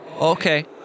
Okay